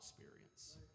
experience